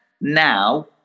now